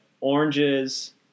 oranges